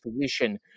position